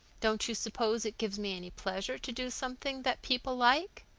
don't you suppose it gives me any pleasure to do something that people like?